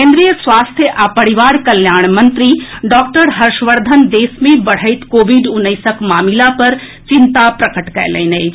केन्द्रीय स्वास्थ्य आ परिवार कल्याण मंत्री डॉक्टर हर्षवर्धन देश मे बढ़ैत कोविड उन्नैस मामिला पर चिंता प्रकट कयलनि अछि